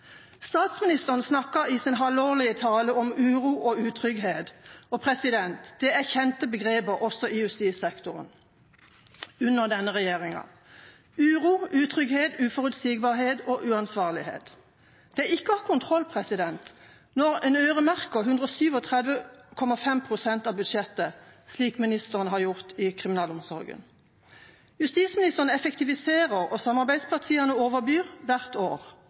Statsministeren snakket i sin halvårlige tale om uro og utrygghet. Det er kjente begreper også i justissektoren under denne regjeringa – uro, utrygghet, uforutsigbarhet og uansvarlighet. Det er ikke å ha kontroll når man øremerker 137,5 pst. av budsjettet, slik justisministeren har gjort i kriminalomsorgen. Justisministeren effektiviserer, og samarbeidspartiene overbyr – hvert år.